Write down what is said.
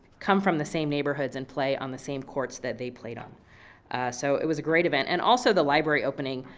come from the same neighborhoods and play on the same courts that they played on. and so it was a great event, and also the library opening.